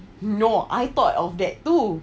no I thought of that too